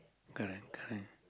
correct correct